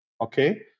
okay